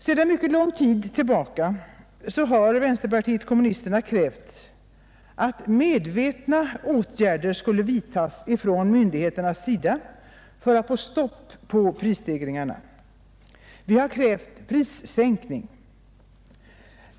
Sedan mycket lång tid tillbaka har vänsterpartiet kommunisterna krävt att medvetna åtgärder skulle vidtagas från myndigheternas sida för att få stopp på prisstegringarna. Vi har krävt prissänkningar.